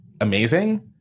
amazing